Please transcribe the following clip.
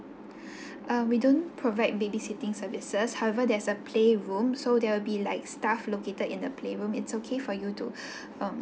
uh we don't provide babysitting services however there is a play room so there will be like staff located in the playroom it's okay for you to um